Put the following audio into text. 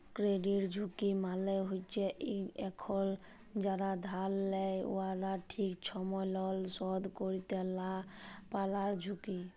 credit ঝুঁকি মালে হছে কখল যারা ধার লেয় উয়ারা ঠিক ছময় লল শধ ক্যইরতে লা পারার ঝুঁকি